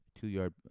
two-yard